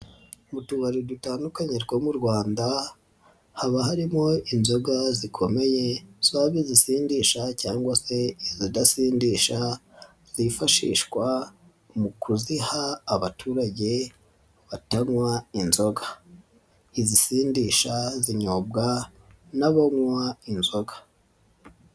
Mu tubari dutandukanye two mu Rwanda haba harimo inzoga zikomeye zaba izisindisha cyangwa se izidasindisha zifashishwa mu kuziha abaturage batanywa inzoga, izisindisha zinyobwa n'abanywa inzoga.